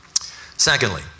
Secondly